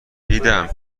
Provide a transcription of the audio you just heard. دیدم